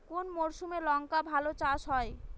কোন মরশুমে লঙ্কা চাষ ভালো হয়?